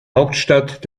hauptstadt